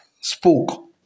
spoke